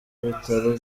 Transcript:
bitaro